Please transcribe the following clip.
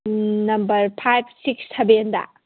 number five six ꯁꯕꯦꯟꯗ